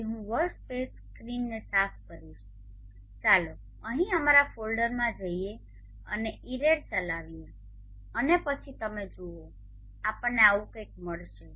તેથી હું વર્કસ્પેસ સ્ક્રીનને સાફ કરીશ ચાલો અહીં અમારા ફોલ્ડરમાં જઈએ અને ચાલો ઇરેડ ચલાવીએ અને પછી તમે જુઓ આપણને આવું કંઈક મળશે